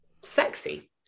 sexy